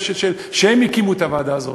שהם הקימו את הוועדה הזאת.